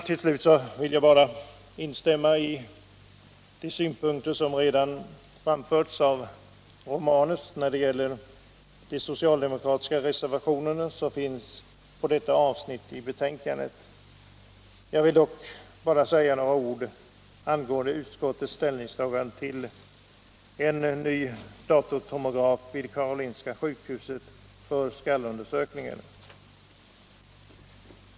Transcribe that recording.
Till slut vill jag bara instämma i de synpunkter som redan har framförts av herr Romanus när det gäller de socialdemokratiska reservationer som finns på detta avsnitt i betänkandet. Jag vill dock säga några ord angående utskottets ställningstaganden till en ny datortomograf vid Karolinska sjukhuset för skallundersökningar.